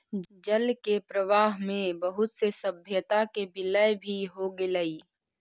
जल के प्रवाह में बहुत से सभ्यता के विलय भी हो गेलई